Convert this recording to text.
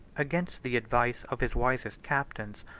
against the advice of his wisest captains,